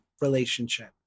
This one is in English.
relationship